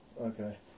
okay